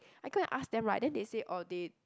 I go and ask them right then they say orh they